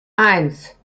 eins